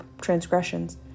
transgressions